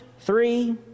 Three